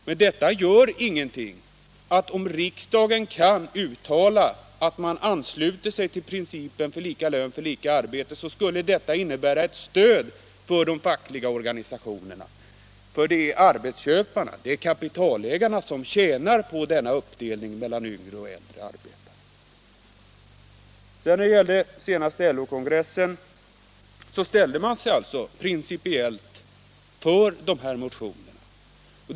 Men det hindrar inte riksdagen eller arbetsmarknadsministern från att uttala att man ansluter sig till principen om lika lön för lika arbete. Det skulle utgöra ett stöd för de fackliga organisationerna, för det är arbetsköparna, kapitalägarna, som tjänar på denna uppdelning i yngre och äldre arbetare! Den senaste LO-kongressen uttalade sig alltså principiellt för motionerna om avskaffande av ungdomslönerna.